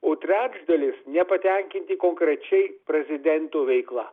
o trečdalis nepatenkinti konkrečiai prezidento veikla